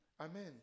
Amen